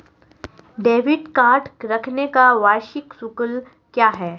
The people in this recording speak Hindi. डेबिट कार्ड रखने का वार्षिक शुल्क क्या है?